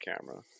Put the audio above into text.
camera